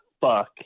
fuck